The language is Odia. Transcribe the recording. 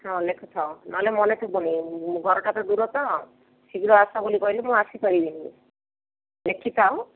ହଁ ଲେଖୁଥାଉ ନହେଲେ ମନେ ଥିବନି ଘରଟା ତ ଦୂର ତ ଶାଘ୍ର ଆସ ବୋଲେ କହିଲେ ମୁଁ ଆସି ପାରିବିନି ଲେଖି ଥାଅ